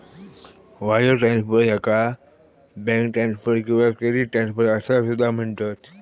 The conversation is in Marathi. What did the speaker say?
वायर ट्रान्सफर, याका बँक ट्रान्सफर किंवा क्रेडिट ट्रान्सफर असा सुद्धा म्हणतत